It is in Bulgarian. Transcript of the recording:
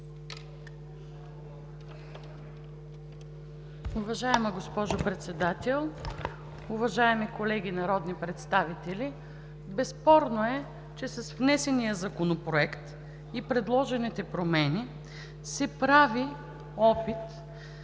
Уважаема госпожо Председател, уважаеми колеги народни представители! Безспорно е, че с внесения законопроект и предложените промени се прави опит да